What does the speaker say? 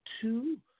two